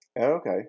Okay